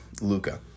Luca